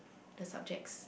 the subjects